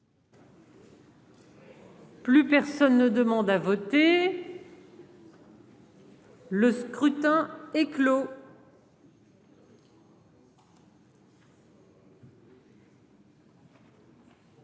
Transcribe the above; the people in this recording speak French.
Plus personne ne demande à voter. Le scrutin est clos.